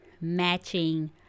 matching